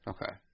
Okay